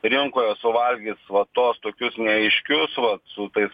rinkoje suvalgys va tuos tokius neaiškius vat su tais